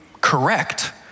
correct